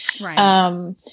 Right